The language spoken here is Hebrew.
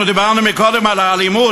אנחנו דיברנו קודם על האלימות.